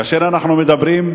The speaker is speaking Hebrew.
כאשר אנחנו מדברים,